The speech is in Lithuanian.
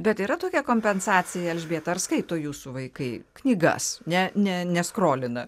bet yra tokia kompensacija elžbieta skaito ar jūsų vaikai knygas ne ne neskrolina